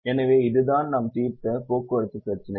எனவே இதுதான் நாம் தீர்த்த போக்குவரத்து பிரச்சினை